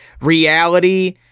reality